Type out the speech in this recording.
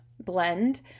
blend